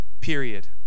period